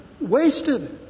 wasted